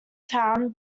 town